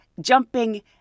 jumping